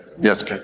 yes